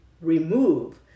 remove